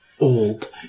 old